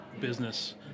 business